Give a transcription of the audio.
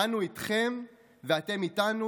אנו איתכם ואתם איתנו,